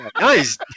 Nice